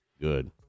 Good